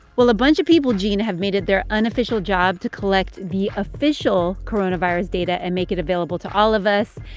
well, a bunch of people, gene, have made it their unofficial job to collect the official coronavirus data and make it available to all of us.